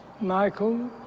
Michael